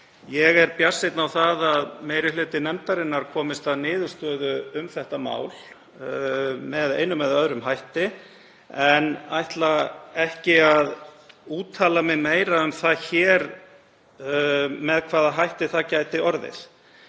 Ég er bjartsýnn á að meiri hluti nefndarinnar komist að niðurstöðu um þetta mál með einum eða öðrum hætti en ætla ekki að úttala mig meira um það hér með hvaða hætti það gæti orðið.